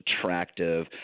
attractive